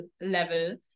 level